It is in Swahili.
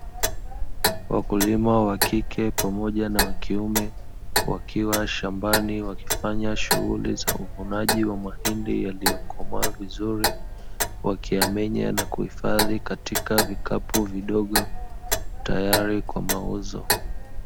Wakulima wa kike pamoja na wa kiume, wakiwa shambani wakifanya shughuli za uvunaji wa mahindi yaliyokomaa vizuri, wakiyamenya na kuhifadhi katika vikapu vidogo, tayari kwa mauzo.